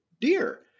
dear